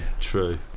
true